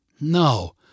No